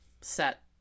set